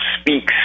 Speaks